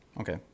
Okay